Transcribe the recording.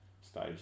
stage